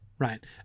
right